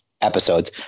episodes